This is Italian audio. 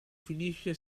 finisce